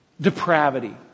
depravity